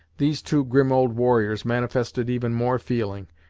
these two grim old warriors manifested even more feeling,